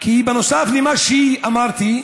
בנוסף למה שאמרתי,